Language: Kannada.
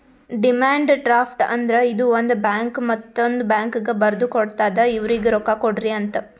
ಡಿಮ್ಯಾನ್ಡ್ ಡ್ರಾಫ್ಟ್ ಅಂದ್ರ ಇದು ಒಂದು ಬ್ಯಾಂಕ್ ಮತ್ತೊಂದ್ ಬ್ಯಾಂಕ್ಗ ಬರ್ದು ಕೊಡ್ತಾದ್ ಇವ್ರಿಗ್ ರೊಕ್ಕಾ ಕೊಡ್ರಿ ಅಂತ್